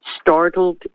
startled